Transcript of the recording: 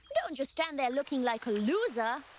don't just stand there looking like a loser,